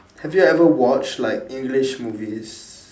have you ever watched like english movies